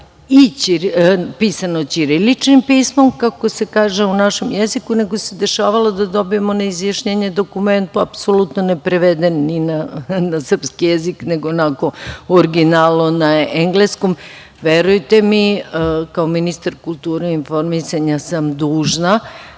pisano ćiriličnim pismom, kako se kaže u našem jeziku, nego se dešavalo da dobijemo na izjašnjenje dokument apsolutno ne preveden ni na srpski jezik, nego onako u originalu na engleskom. Verujte mi, kao ministar kulture i informisanja sam dužna